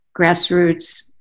grassroots